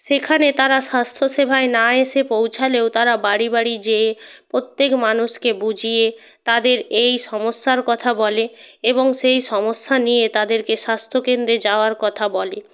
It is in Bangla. সেখানে তারা স্বাস্থ্যসেবায় না এসে পৌঁছালেও তারা বাড়ি বাড়ি যেয়ে প্রত্যেক মানুষকে বুঝিয়ে তাদের এই সমস্যার কথা বলে এবং সেই সমস্যা নিয়ে তাদেরকে স্বাস্থ্য কেন্দ্রে যাওয়ার কথা বলে